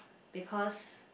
because